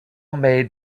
made